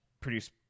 produce